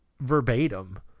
verbatim